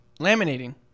Laminating